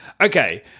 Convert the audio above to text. Okay